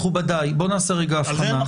מכובדיי, בואו נעשה רגע הבחנה.